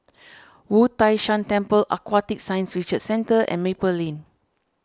Wu Tai Shan Temple Aquatic Science Research Centre and Maple Lane